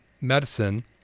medicine